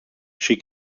she